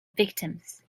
victims